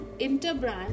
interbrand